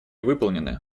выполнены